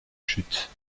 chute